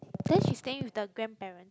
then she staying with the grandparents